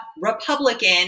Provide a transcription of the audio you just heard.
Republican